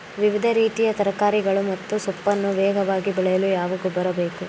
ವಿವಿಧ ರೀತಿಯ ತರಕಾರಿಗಳು ಮತ್ತು ಸೊಪ್ಪನ್ನು ವೇಗವಾಗಿ ಬೆಳೆಯಲು ಯಾವ ಗೊಬ್ಬರ ಬೇಕು?